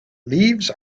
leaves